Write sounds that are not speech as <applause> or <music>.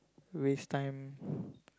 waste time <breath>